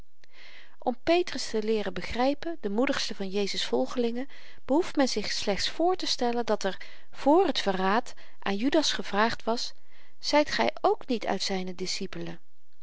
om petrus te leeren begrypen den moedigsten van jezus volgelingen behoeft men zich slechts voortestellen dat er vr t verraad aan judas gevraagd was zyt gy ook niet uit zyne discipelen